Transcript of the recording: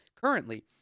currently